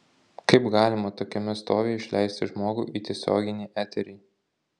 kaip galima tokiame stovyje išleisti žmogų į tiesioginį eterį